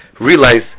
realize